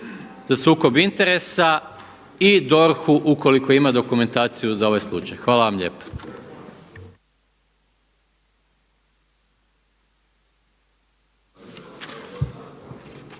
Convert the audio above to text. za sukob interesa i DORH-u ukoliko ima dokumentaciju za ovaj slučaj. Hvala vam lijepa.